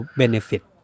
benefit